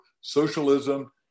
socialism